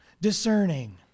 Discerning